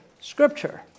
scripture